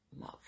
love